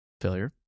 failure